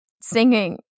singing